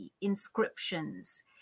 inscriptions